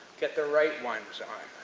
get the right ones on.